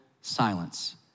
silence